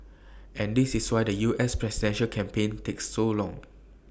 and this is why the U S presidential campaign takes so long